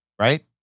right